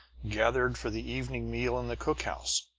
gathered for the evening meal in the cook-house.